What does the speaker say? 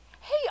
Hey